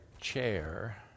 chair